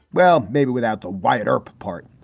well, maybe without the wyatt earp part,